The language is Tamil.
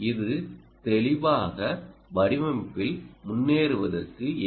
இது தெளிவாக வடிவமைப்பில் முன்னேறுவதற்கு எல்